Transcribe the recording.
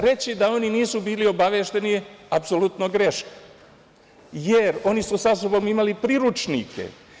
Reći da oni nisu bili obavešteni je apsolutno greška jer oni su sa sobom imali priručnike.